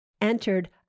entered